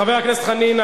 חבר הכנסת חנין,